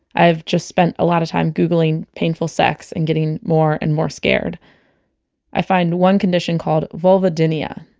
i've just spent a lot of time googling painful sex and getting more and more scared i find one condition called vulvodynia.